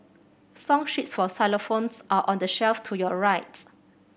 song sheets for xylophones are on the shelf to your right